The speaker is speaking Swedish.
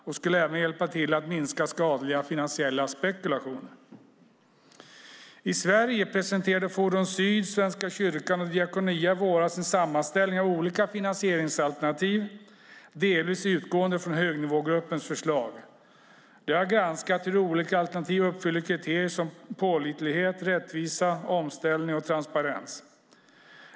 Den skulle även hjälpa till att minska skadliga finansiella spekulationer. I Sverige presenterade Forum Syd, Svenska kyrkan och Diakonia i våras en sammanställning av olika finansieringsalternativ, delvis utgående från högnivågruppens förslag. De har granskat hur olika alternativ uppfyller kriterier som pålitlighet, rättvisa, omställning och transparens.